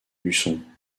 luçon